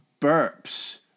burps